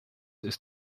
ist